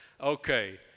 Okay